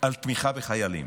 על תמיכה בחיילים.